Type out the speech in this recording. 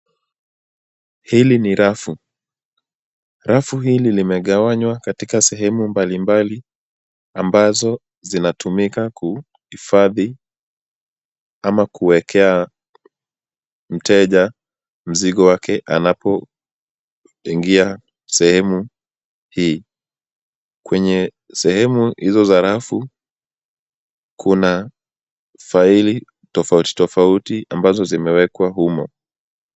Hili ni rafu. Rafu hili limegawanywa katika sehemu mbalimbali, ambazo zinatumika kuhifadhi ama kuwekea mteja mzigo wake anapoingia sehemu hii. Kwenye sehemu hizo za rafu, kuna faili tofauti tofauti ambazo zimewekwa humo.